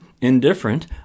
indifferent